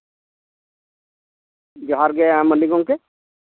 ᱡᱚᱦᱟᱨ ᱜᱮ ᱢᱟᱱᱰᱤ ᱜᱚᱝᱠᱮ